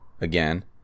again